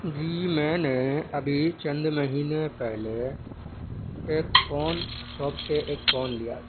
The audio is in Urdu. جی میں نے ابھی چند مہینے پہلے ایک فون شاپ سے ایک فون لیا تھا